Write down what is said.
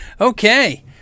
okay